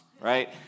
right